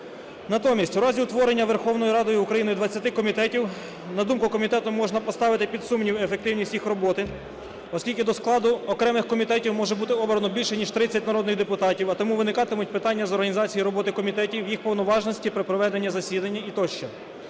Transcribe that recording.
Натомість, у разі утворення Верховною Радою України 20 комітетів, на думку комітету, можна поставити під сумнів ефективність їх роботи, оскільки до складу окремих комітетів може бути обрано більше ніж 30 народних депутатів, а тому виникатимуть питання з організацією роботи комітетів, їх повноважності при проведенні засідань тощо.